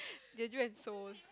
Jeju and Seoul